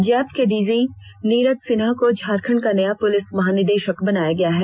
JAP के DG Neeraj Sinha को झारखंड का नया पुलिस महानिदेशक बनाया गया है